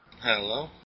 Hello